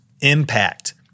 impact